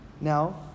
Now